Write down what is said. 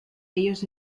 ellos